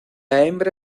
hembra